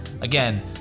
Again